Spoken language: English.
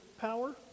power